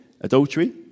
adultery